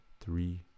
three